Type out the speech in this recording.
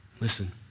Listen